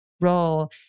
role